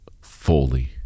fully